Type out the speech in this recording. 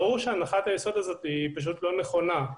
ברור שהנחת היסוד הזאת היא פשוט לא נכונה.